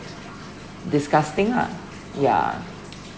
disgusting lah yeah